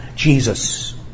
Jesus